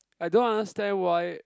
I don't understand why